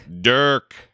Dirk